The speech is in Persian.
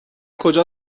کجا